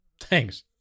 Thanks